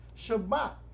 Shabbat